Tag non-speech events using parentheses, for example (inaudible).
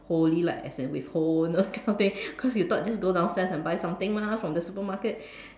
holey like as in with holes you know those kind of thing (laughs) cause you thought just go downstairs and buy something mah from the supermarket